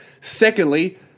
Secondly